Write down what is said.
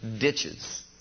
ditches